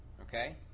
Okay